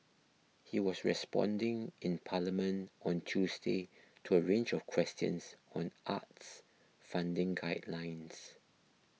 he was responding in Parliament on Tuesday to a range of questions on arts funding guidelines